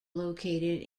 located